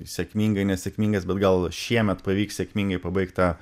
sėkmingai nesėkmingas bet gal šiemet pavyks sėkmingai pabaigt tą